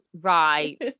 Right